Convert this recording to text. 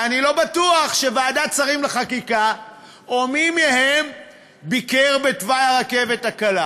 ואני לא בטוח שוועדת שרים לחקיקה או מי מהם ביקר בתוואי הרכבת הקלה